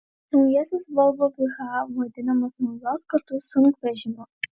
naujasis volvo fh vadinamas naujos kartos sunkvežimiu